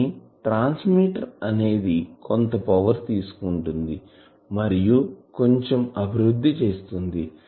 కానీ ట్రాన్స్మిటర్ అనేది కొంత పవర్ తీసుకుంటుంది మరియు కొంచెం అభివృద్ధి చేస్తుంది